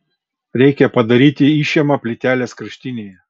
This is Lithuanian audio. reikia padaryti išėmą plytelės kraštinėje